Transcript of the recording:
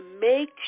Make